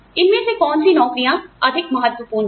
इनमें से कौन सी नौकरियाँ अधिक महत्वपूर्ण हैं